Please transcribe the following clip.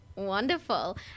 Wonderful